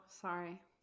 sorry